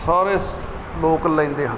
ਸਾਰੇ ਸ ਲੋਕ ਲੈਂਦੇ ਹਨ